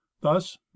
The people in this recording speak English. thus